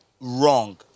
wrong